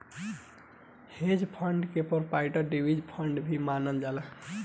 hedge fund के private equity fund भी मानल जाला